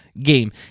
game